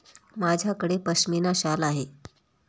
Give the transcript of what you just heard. माझ्याकडे पश्मीना शाल आहे